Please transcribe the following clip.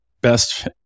best